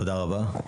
תודה רבה.